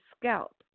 scalp